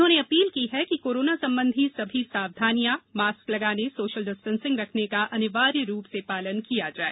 उन्होंने अपील की है कि कोरोना संबंधी सभी सावधानियां मास्क लगाने सोषल डिस्टेंसिंग रखने का अनिवार्य रूप से पालन किया जाए